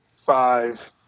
Five